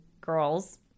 girls